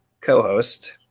co-host